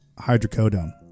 hydrocodone